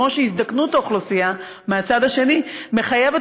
כמו שהזדקנות האוכלוסייה מהצד השני מחייבת